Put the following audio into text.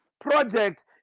project